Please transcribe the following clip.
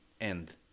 end